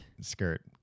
skirt